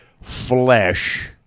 flesh